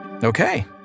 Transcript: Okay